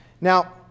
Now